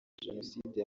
jenoside